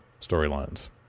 storylines